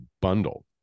bundle